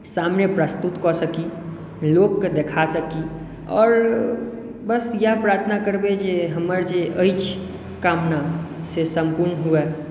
सामने प्रस्तुत कऽ सकी लोकके देखा सकी आओर बस इएह प्रार्थना करबै जे हमर जे अछि कामना से सम्पूर्ण हुए